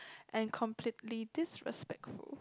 and completely disrespectful